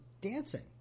Dancing